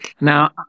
Now